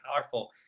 powerful